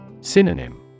Synonym